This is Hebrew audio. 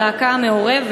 והתפיסה של המפלגה שלך,